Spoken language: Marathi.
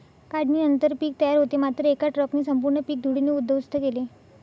काढणीनंतर पीक तयार होते मात्र एका ट्रकने संपूर्ण पीक धुळीने उद्ध्वस्त केले